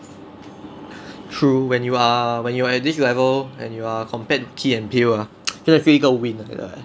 true when you are when you are at this level and you are compared to key and peele 真的是一个 win 来的 leh